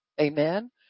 amen